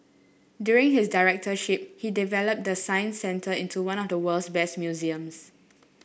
during his directorship he developed the Science Centre into one of the world's best museums